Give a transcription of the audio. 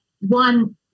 one